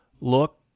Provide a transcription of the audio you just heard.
look